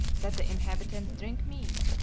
that the inhabitants drink mead,